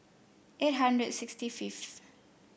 eight hundred and sixty fifth